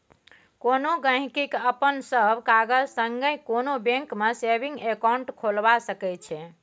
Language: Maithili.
कोनो गहिंकी अपन सब कागत संगे कोनो बैंक मे सेबिंग अकाउंट खोलबा सकै छै